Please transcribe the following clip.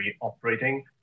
operating